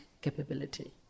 capability